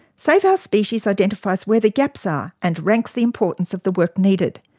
save our species identifies where the gaps are and ranks the importance of the work needed.